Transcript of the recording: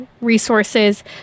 resources